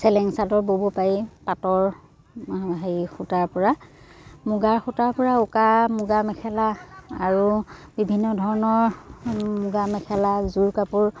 চেলেং চাদৰ ব'ব পাৰি পাটৰ সেই সূতাৰপৰা মুগাৰ সূতাৰপৰা উকা মুগাৰ মেখেলা আৰু বিভিন্ন ধৰণৰ মুগাৰ মেখেলা যোৰ কাপোৰ